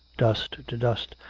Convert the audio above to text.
dust to dust,